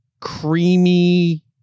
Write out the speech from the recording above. creamy